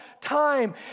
time